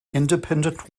independent